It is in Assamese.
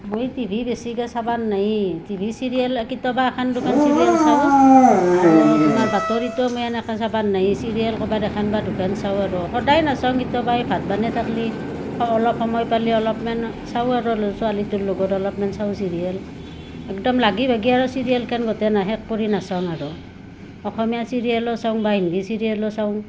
মই টি ভি বেছিকৈ চাবাৰ নায়ে টি ভি চিৰিয়েল কেতিয়াবা এখান দুখান চিৰিয়েল চাওঁ আৰু তোমাৰ বাতৰিটো মই এনেকৈ চাবাৰ নায়ে চিৰিয়েল ক'ৰবাত এখান বা দুখান চাওঁ আৰু সদায় নাচাওঁ কেতিয়াবা এই ভাত বানাই থাকলি অলপ সময় পালি অলপমান চাওঁ আৰু ছোৱালীটোৰ লগত অলপমান চাওঁ চিৰিয়েল একদম লাগি ভাগি আৰু চিৰিয়েলখেন গোটেই নাই শেষ কৰি নাচাওঁ আৰু অসমীয়া চিৰিয়েলো চাওঁ বা হিন্দী চিৰিয়েলো চাওঁ